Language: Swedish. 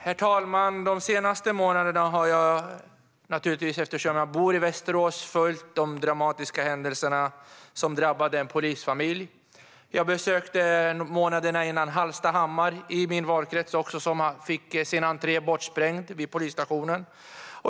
Herr talman! De senaste månaderna har jag naturligtvis följt de dramatiska händelserna som drabbade en polisfamilj i Västerås, eftersom jag bor där. Jag besökte för några månader sedan Hallstahammar i min valkrets där polisstationen fick sin entré bortsprängd.